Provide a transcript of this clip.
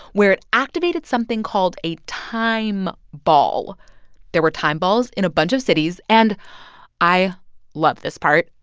where it activated something called a time ball there were time balls in a bunch of cities. and i love this part.